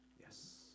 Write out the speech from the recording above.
Yes